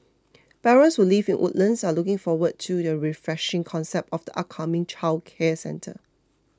parents who live in Woodlands are looking forward to the refreshing concept of the upcoming childcare centre